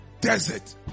desert